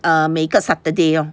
err 每个 saturday lor